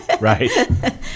Right